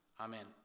Amen